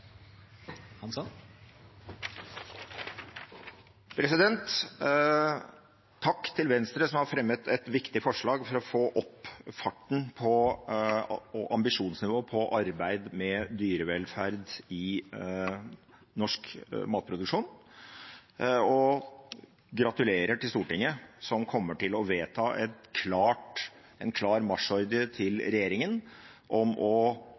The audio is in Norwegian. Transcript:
for å få opp farten på og ambisjonsnivået i arbeidet med dyrevelferd i norsk matproduksjon. Og gratulerer til Stortinget, som kommer til å vedta en klar marsjordre til regjeringen om å